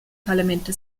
parlamente